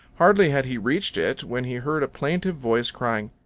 hardly had he reached it when he heard a plaintive voice crying,